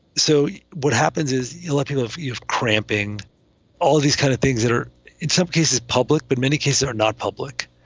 so what happens is like you of you of cramping all these kind of things that are in some cases public, but many cases are not public,